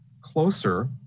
closer